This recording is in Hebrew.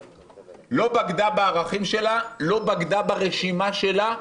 בגדה בערכים שלה ולא בגדה ברשימה שלה.